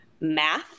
Math